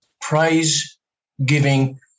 praise-giving